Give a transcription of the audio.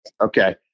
Okay